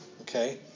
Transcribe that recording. okay